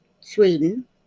sweden